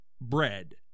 bread